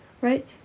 right